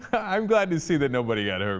i'm glad to see that nobody yet ah